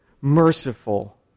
merciful